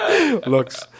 looks